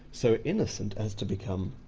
so innocent as to become,